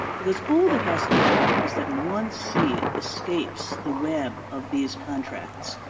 because all that has to happen is that one seed escapes the web of these contracts,